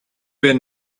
been